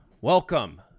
Welcome